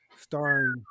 starring